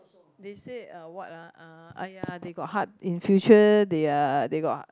they said uh what ah uh !aiya! they got hard in future they are they got